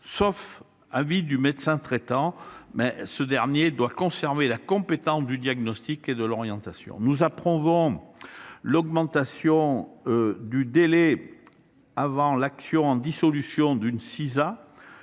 référent. Le médecin traitant doit conserver la compétence du diagnostic et de l’orientation. Nous approuvons l’augmentation du délai avant l’action en dissolution d’une